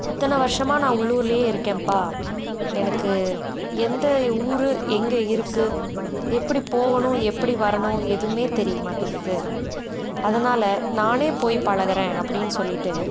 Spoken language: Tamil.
இத்தனை வருஷமாக நான் உள்ளூர்லேயே இருக்கேன்பா எனக்கு எந்த யு ஊர் எங்கே இருக்குது எப்படி போகணும் எப்படி வரணும் எதுவுமே தெரியமாட்டேங்கிது அதனால நானே போய் பழகுறேன் அப்படின்னு சொல்லிட்டு